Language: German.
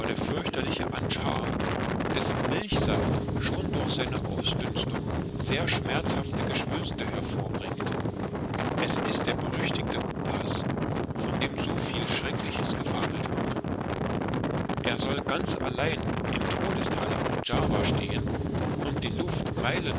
der fürchterliche antschar dessen milchsaft schon durch seine ausdünstung sehr schmerzhafte geschwülste hervorbringt es ist der berüchtigte upas von dem so viel schreckliches gefabelt wird er soll ganz allein im todesthale auf java stehen und die luft